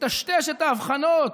מטשטש את ההבחנות,